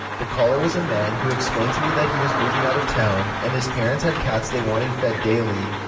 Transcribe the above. the caller was a man, who explained to me that he was moving out of town, and his parents had cats they wanted fed daily.